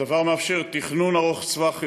הדבר יאפשר תכנון ארוך טווח יותר,